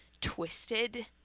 twisted